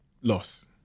loss